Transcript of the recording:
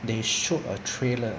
they showed a trailer